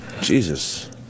Jesus